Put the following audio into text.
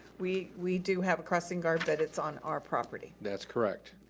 we we do have a crossing guard, but it's on our property. that's correct.